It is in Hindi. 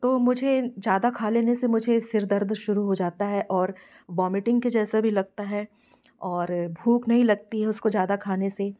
तो मुझे ज़्यादा खा लेने से मुझे सिर दर्द शुरु हो जाता है और बॉमेटिंग के जैसा भी लगता है और भूख नहीं लगती है उसको ज़्यादा खाने से